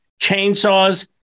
chainsaws